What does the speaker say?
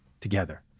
together